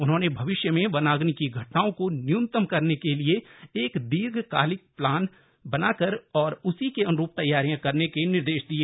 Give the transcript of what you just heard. उन्होंने भविष्य में वनाग्नि की घटनाओं को न्यूनतम करने के लिए एक दीर्घकालीक प्लान बना कर और उसी के अन्रूप तैयारियां करने के निर्देश दिए